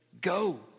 go